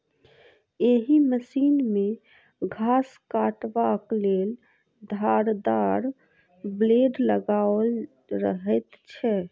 एहि मशीन मे घास काटबाक लेल धारदार ब्लेड लगाओल रहैत छै